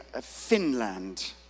Finland